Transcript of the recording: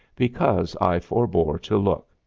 because i forbore to look.